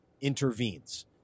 intervenes